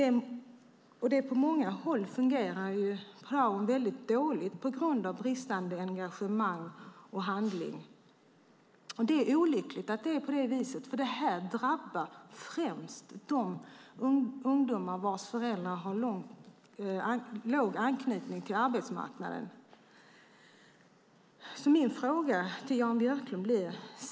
På många håll fungerar praon väldigt dåligt på grund av bristande engagemang och handling. Det är olyckligt att det är på det viset, för detta drabbar främst de ungdomar vars föräldrar har låg anknytning till arbetsmarknaden.